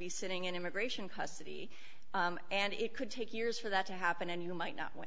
be sitting in immigration custody and it could take years for that to happen and you might know when